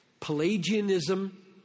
Pelagianism